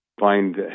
find